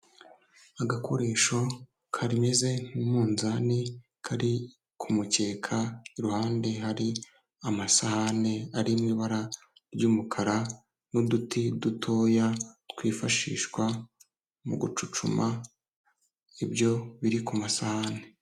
Agakoresho kameze nk'umunzani kari ku mukeka, iruhande hari amasahani ari mu ibara ry'umukara n'uduti dutoya twifashishwa mu gucucuma ibyo biri ku masahani.